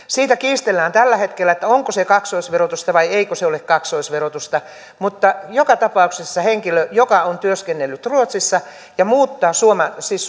siitä kiistellään tällä hetkellä onko se kaksoisverotusta vai eikö se ole kaksoisverotusta mutta joka tapauksessa kun henkilö joka on työskennellyt ruotsissa siis